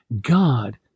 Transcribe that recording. God